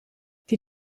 die